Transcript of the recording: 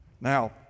Now